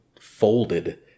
folded